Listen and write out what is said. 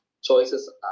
choices